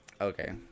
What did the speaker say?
Okay